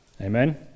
Amen